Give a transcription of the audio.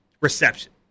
reception